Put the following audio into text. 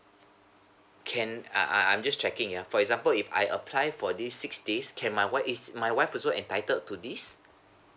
can I I I'm just checking ya for example if I apply for this six days can my wife is my wife also entitled to this